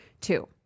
Two